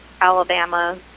Alabama